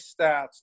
stats